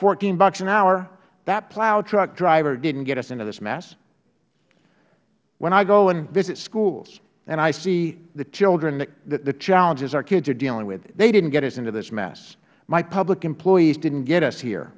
fourteen bucks an hour that plow truck driver didnt get us into this mess when i go and visit schools and i see the challenges our kids are dealing with they didnt get us into this mess my public employees didnt get us here